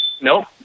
No